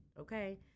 okay